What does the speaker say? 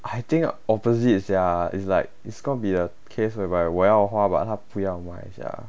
I think opposite sia it's like it's gonna be the case whereby 我要花 but 她不要买 sia